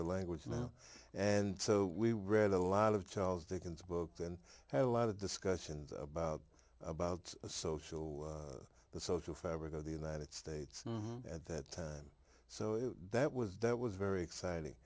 the language now and so we read a lot of charles dickens books and had a lot of discussions about about the social the social fabric of the united states at that time so that was that was very exciting